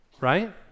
right